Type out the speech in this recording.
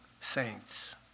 saints